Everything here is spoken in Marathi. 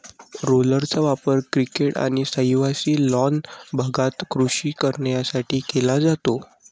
रोलर्सचा वापर क्रिकेट आणि रहिवासी लॉन भागात कृषी कारणांसाठी केला जातो